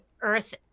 Earth